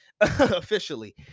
officially